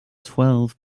twelve